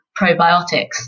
probiotics